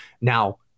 Now